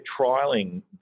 trialing